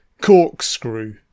Corkscrew